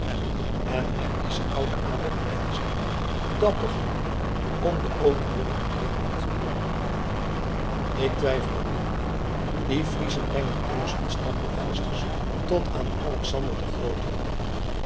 en er is oude adel in friesland dapper genoeg om den overwinnaar eer aan te doen ik twijfel er niet aan die friezen brengen immers hun stamregisters tot aan alexander den grooten